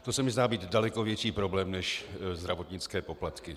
To se mi zdá být daleko větší problém než zdravotnické poplatky.